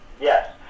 Yes